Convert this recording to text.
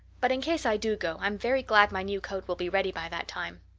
but in case i do go i'm very glad my new coat will be ready by that time.